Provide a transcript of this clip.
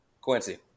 Quincy